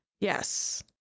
Yes